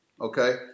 Okay